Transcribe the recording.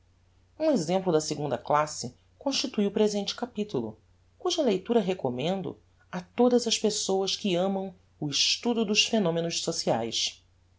um exemplo da segunda classe constitue o presente capitulo cuja leitura recommendo a todas as pessoas que amam o estudo dos phenomenos sociaes